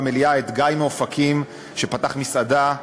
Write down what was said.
במליאה את גיא מאופקים שפתח מסעדה,